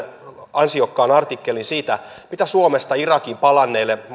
ansiokkaan artikkelin siitä mitä suomesta irakiin palanneille